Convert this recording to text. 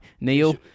Neil